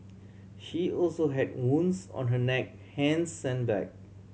she also had wounds on her neck hands and back